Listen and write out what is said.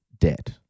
debt